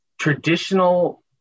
Traditional